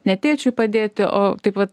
ne tėčiui padėti o taip vat